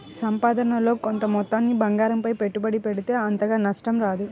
సంపాదనలో కొంత మొత్తాన్ని బంగారంపై పెట్టుబడి పెడితే అంతగా నష్టం రాదు